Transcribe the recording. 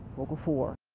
local four.